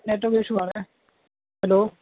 network issue آ رہا ہے ہلو